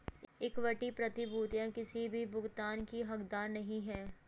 equity प्रतिभूतियां किसी भी भुगतान की हकदार नहीं हैं